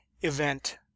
event